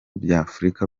by’afrika